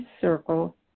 circle